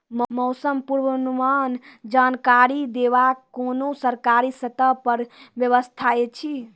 मौसम पूर्वानुमान जानकरी देवाक कुनू सरकारी स्तर पर व्यवस्था ऐछि?